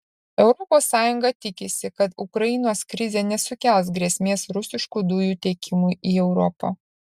europos sąjunga tikisi kad ukrainos krizė nesukels grėsmės rusiškų dujų tiekimui į europą